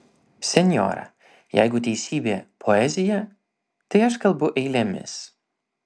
senjora jeigu teisybė poezija tai aš kalbu eilėmis